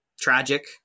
tragic